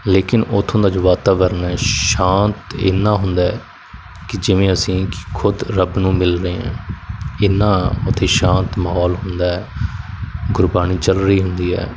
ਲੇਕਿਨ ਉੱਥੋਂ ਦਾ ਜੋ ਵਾਤਾਵਰਨ ਹੈ ਸ਼ਾਂਤ ਇੰਨਾ ਹੁੰਦਾ ਕਿ ਜਿਵੇਂ ਅਸੀਂ ਖੁਦ ਰੱਬ ਨੂੰ ਮਿਲ ਰਹੇ ਐ ਇੰਨਾਂ ਉੱਥੇ ਸ਼ਾਂਤ ਮਾਹੌਲ ਹੁੰਦਾ ਗੁਰਬਾਣੀ ਚੱਲ ਰਹੀ ਹੁੰਦੀ ਹੈ